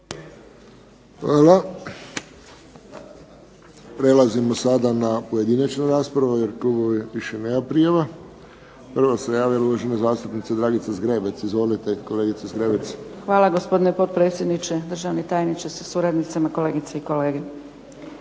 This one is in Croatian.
Hvala. Prelazimo na pojedinačnu raspravu, jer klubova više nema prijavljenih. Prvo se javila uvažena zastupnica Dragica Zgrebec. Izvolite kolegice Zgrebec. **Zgrebec, Dragica (SDP)** Hvala. Gospodine potpredsjedniče, državni tajniče sa suradnicama, kolegice i kolege.